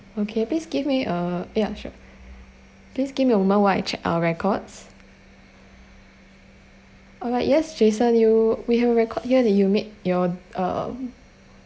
okay please give me uh yeah sure please give me a moment while I check our records alright yes jason you we have a record here that you've make your uh